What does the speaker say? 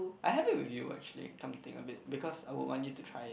I have it with you actually come to think of it because I would want you to try it